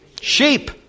Sheep